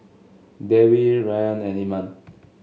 Dewi Rayyan and Iman